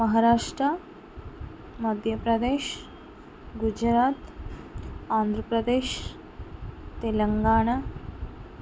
Maharashtra Madhya Pradesh Gujarat Andhra Pradesh Telangana